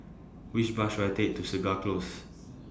Which Bus should I Take to Segar Close